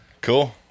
Cool